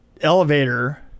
elevator